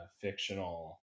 fictional